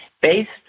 based